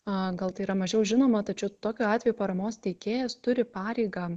a gal tai yra mažiau žinoma tačiau tokiu atveju paramos teikėjas turi pareigą